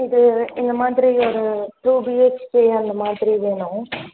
இது இந்தமாதிரி ஒரு டூ பி ஹெச் கே அந்தமாதிரி வேணும்